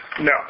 No